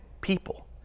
people